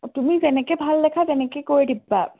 তুমি যেনেকৈ ভাল দেখা তেনেকৈ কৰি দিবা